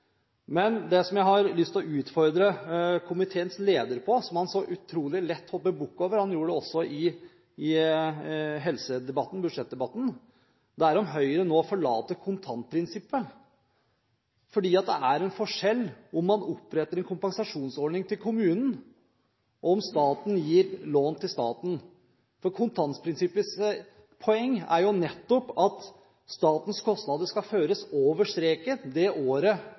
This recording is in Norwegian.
Men det som jeg har lyst til å utfordre komiteens leder på, som han så utrolig lett hopper bukk over – han gjorde det også i budsjettdebatten – er om Høyre nå forlater kontantprinsippet. For det er en forskjell på om man oppretter en kompensasjonsordning til kommunen, og om staten gir lån til staten. Kontantprinsippets poeng er nettopp at statens kostnader skal føres over streken det året